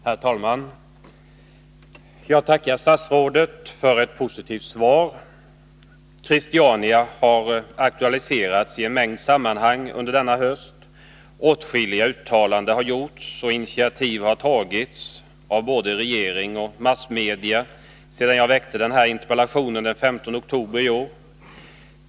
Herr talman! Jag tackar statsrådet för ett positivt svar. Christiania har aktualiserats i en mängd sammanhang under denna höst. Åtskilliga uttalanden har gjorts och initiativ har tagits av både regering och massmedia sedan jag väckte denna interpellation den 15 oktober i år.